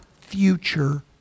future